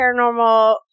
paranormal